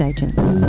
Agents